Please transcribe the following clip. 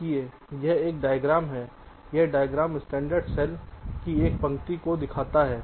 देखिए यहां पर एक डायग्राम है यह डायग्राम स्टैंडर्ड सेल की एक पंक्ति को दिखाता है